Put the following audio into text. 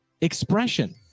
expression